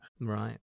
Right